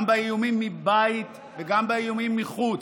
גם באיומים מבית וגם באיומים מחוץ.